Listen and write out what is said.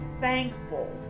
thankful